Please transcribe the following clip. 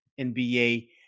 NBA